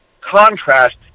contrast